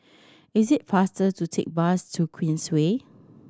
it is faster to take bus to Queensway